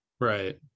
right